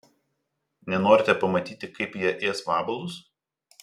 nenorite pamatyti kaip jie ės vabalus